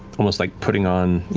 almost like putting on, you